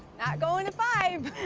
not going to five.